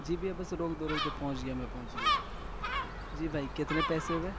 جی بھیا بس روک دو روک دو پہنچ گیا میں پہنچ گیا جی بھائی کتنے پیسے ہوئے